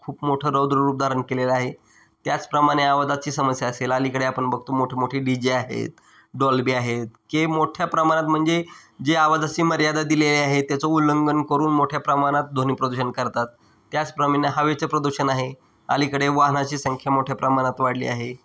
खूप मोठं रौद्र रूप धारण केलेलं आहे त्याचप्रमाणे आवाजाची समस्या असेल अलीकडे आपण बघतो मोठेमोठे डी जे आहेत डॉलबी आहेत की मोठ्या प्रमाणत म्हणजे जे आवाजाशी मर्यादा दिलेले आहे त्याचं उल्लंंघन करून मोठ्या प्रमाणात ध्वनी प्रदूषण करतात त्याचप्रमाणे हवेचं प्रदूषण आहे अलीकडे वाहनाची संख्या मोठ्या प्रमाणात वाढली आहे